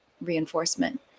reinforcement